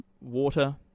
Water